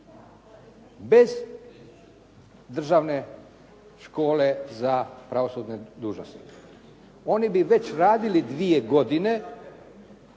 bez državne škole za pravosudne dužnosnike. Oni bi već radili 2 godine